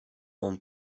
ont